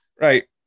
Right